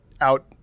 out